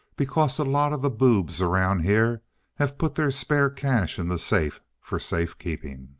because a lot of the boobs around here have put their spare cash in the safe for safekeeping!